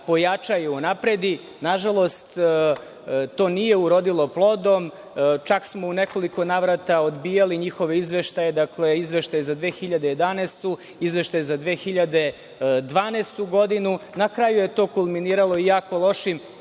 pojača i unapredi. Nažalost, to nije urodilo plodom. Čak smo u nekoliko navrata odbijali njihove izveštaje. Dakle, izveštaj za 2011, izveštaj za 2012. godinu. Na kraju je to kulminiralo jako lošim